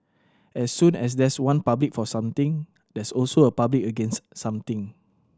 as soon as there's one public for something there's also a public against something